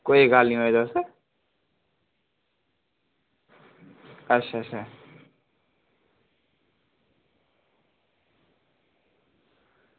कोई गल्ल निं ओयो तुस अच्छा अच्छा